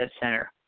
center